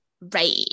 right